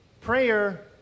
Prayer